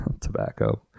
tobacco